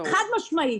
חד-משמעית.